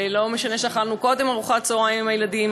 ולא משנה שאכלנו קודם ארוחת צהריים עם הילדים,